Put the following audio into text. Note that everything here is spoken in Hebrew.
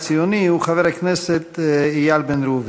חנין, איימן עודה,